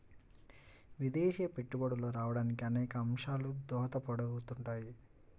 విదేశీ పెట్టుబడులు రావడానికి అనేక అంశాలు దోహదపడుతుంటాయి